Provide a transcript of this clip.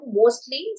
mostly